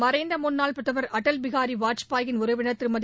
மறைந்த முன்னாள் பிரதமர் அடல் பிஹார் வாஜ்பாயின் உறவினர் திருமதி